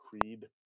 Creed